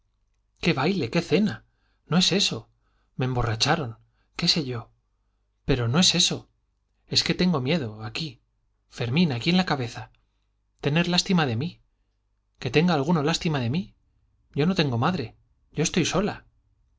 qué baile qué cena no es eso me emborracharon qué sé yo pero no es eso es que tengo miedo aquí fermín aquí en la cabeza tener lástima de mí que tenga alguno lástima de mí yo no tengo madre yo estoy sola